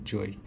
Joy